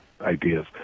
ideas